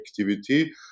activity